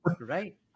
right